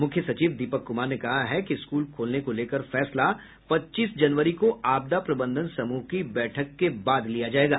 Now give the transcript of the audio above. मुख्य सचिव दीपक कुमार ने कहा है कि स्कूल खोलने को लेकर फैसला पच्चीस जनवरी को आपदा प्रबंधन समूह की बैठक के बाद लिया जायेगा